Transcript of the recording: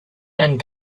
and